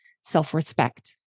self-respect